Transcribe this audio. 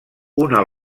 una